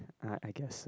uh I guess so